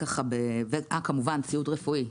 ציוד רפואי.